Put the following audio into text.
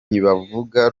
ntibavuga